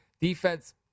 defense